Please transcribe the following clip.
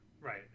Right